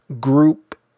group